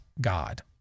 God